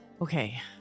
Okay